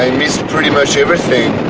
miss pretty much everything